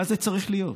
מה זה צריך להיות?